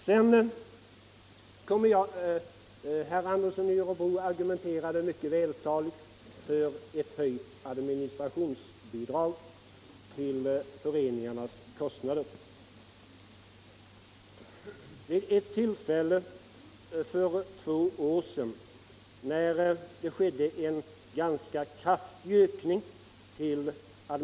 Herr Andersson i Örebro argumenterade mycket vältaligt kring administrationsbidraget till föreningarnas kostnader. Vid ctt tillfälle för två år sedan när det skedde en ganska kraftig ökning av bidraget till ad-.